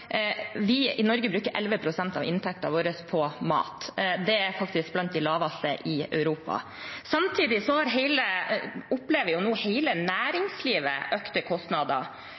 Vi i Norge bruker 11 pst. av inntekten vår på mat – det er faktisk noe av det laveste i Europa. Samtidig opplever nå hele næringslivet økte kostnader,